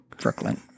Brooklyn